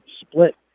split